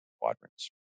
quadrants